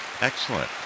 Excellent